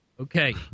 okay